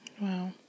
wow